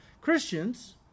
Christians